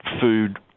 food